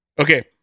Okay